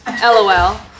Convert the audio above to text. LOL